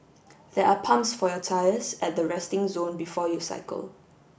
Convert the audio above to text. there are pumps for your tyres at the resting zone before you cycle